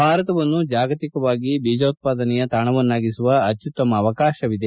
ಭಾರತವನ್ನು ಜಾಗತಿಕವಾಗಿ ಬೀಜೋತ್ಪಾದನೆಯ ತಾಣವನ್ನಾಗಿಸುವ ಅತ್ಯುತ್ತಮ ಅವಕಾಶವಿದೆ